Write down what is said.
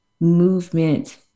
movement